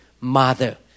mother